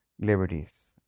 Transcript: liberties